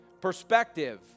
Perspective